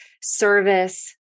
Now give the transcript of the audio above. service